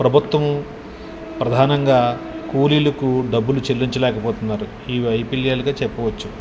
ప్రభుత్వం ప్రధానంగా కూలీలకు డబ్బులు చెల్లించలేకపోతున్నారు ఈ వైఫల్యాలుగా చెప్పవచ్చు